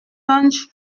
punch